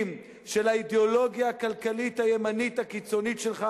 של האידיאולוגיה הכלכלית הימנית הקיצונית שלך,